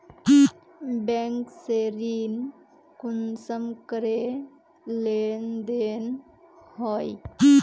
Bank से ऋण कुंसम करे लेन देन होए?